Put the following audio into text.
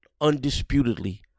undisputedly